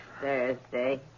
Thursday